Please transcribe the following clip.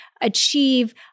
achieve